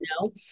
No